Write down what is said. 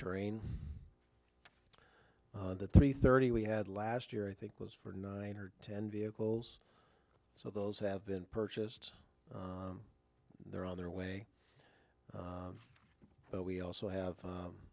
train the three thirty we had last year i think was for nine or ten vehicles so those have been purchased they're on their way but we also have